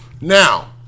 Now